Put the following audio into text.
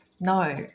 No